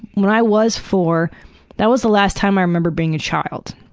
when i was four that was the last time i remember being a child.